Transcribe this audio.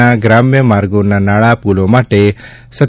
ના ગ્રામ્ય માર્ગો પર નાળા પુલો માટે રૂ